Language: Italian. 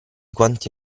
quanti